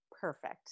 perfect